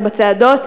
ובצעדות,